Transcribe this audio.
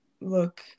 look